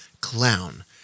Clown